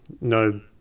no